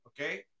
okay